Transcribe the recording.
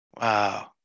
wow